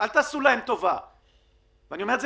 אל תעשו להם טובה ואני אומר את זה